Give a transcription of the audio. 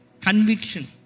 conviction